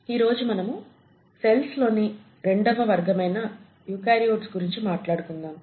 ఈ రోజు మనము సెల్స్ లోని రెండవ వర్గమైన యుకార్యోట్స్ గురించి మాట్లాడుకుందాం